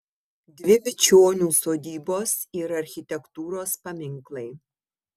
dvi bičionių sodybos yra architektūros paminklai